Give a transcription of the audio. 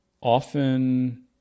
Often